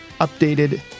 updated